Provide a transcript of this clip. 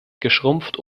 geschrumpft